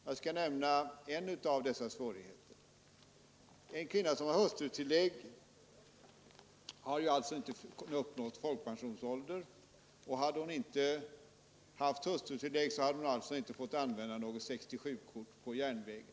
Jag skall här nämna en sådan svårighet och tar som exempel en kvinna som har hustrutillägg men som inte har uppnått folkpensionsålder. Om hon inte haft hustrutillägg hade hon alltså inte kunnat använda något 67-kort på järnvägen.